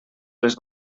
les